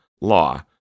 law